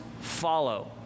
follow